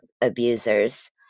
abusers